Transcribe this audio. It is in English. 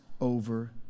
over